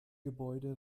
gebäude